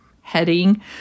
heading